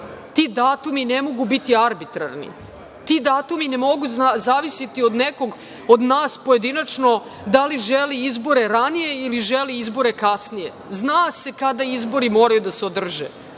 datumi ne mogu biti arbitrarni, ti datumi ne mogu zavisiti od nekog, od nas pojedinačno da li želi izbore ranije ili želi izbore kasnije. Zna se kada izbori moraju da se održe,